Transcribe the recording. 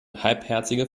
halbherziger